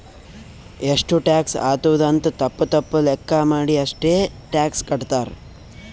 ಎಷ್ಟು ಟ್ಯಾಕ್ಸ್ ಆತ್ತುದ್ ಅಂತ್ ತಪ್ಪ ತಪ್ಪ ಲೆಕ್ಕಾ ಮಾಡಿ ಅಷ್ಟೇ ಟ್ಯಾಕ್ಸ್ ಕಟ್ತಾರ್